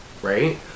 Right